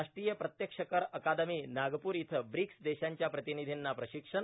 राष्ट्रीय प्रत्यक्ष कर अकादमी नागपूर इथं ब्रिक्स देशांच्या प्रतिनिधींना प्रशिक्षण